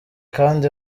kandi